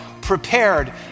prepared